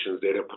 data